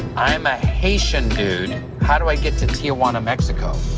i'm a haitian dude, how do i get to tijuana, mexico?